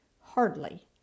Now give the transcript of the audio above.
Hardly